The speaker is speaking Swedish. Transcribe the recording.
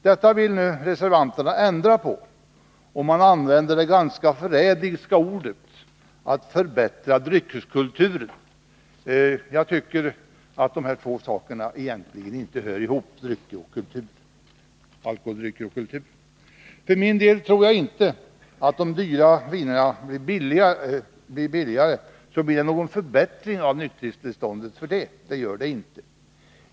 Detta vill nu reservanterna ändra på, och man använder det ganska förrädiska uttrycket att förbättra dryckeskulturen. Jag tycker att de här två sakerna, alkoholdrycker och kultur, egentligen inte hör ihop. För min del tror jag inte att det skulle bli någon förbättring av nykterhetstillståndet om de dyra vinerna skulle bli billigare.